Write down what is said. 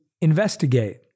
investigate